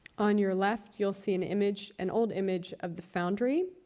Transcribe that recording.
on your left, you'll see an image, an old image, of the foundry.